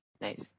nice